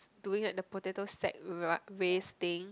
doing at the potato sack ah waste thing